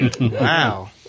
Wow